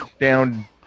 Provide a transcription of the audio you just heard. down